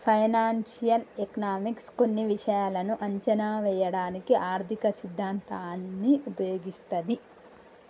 financial economics కొన్ని విషయాలను అంచనా వేయడానికి ఆర్థిక సిద్ధాంతాన్ని ఉపయోగిస్తది